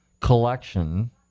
collection